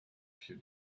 few